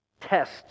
Test